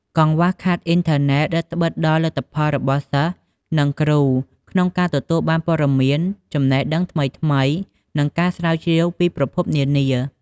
ការខ្វះខាតអ៊ីនធឺណិត រឹតត្បិតដល់លទ្ធភាពរបស់សិស្ស និងគ្រូក្នុងការទទួលបានព័ត៌មាន ចំណេះដឹងថ្មីៗ និងការស្រាវជ្រាវពីប្រភពនានា។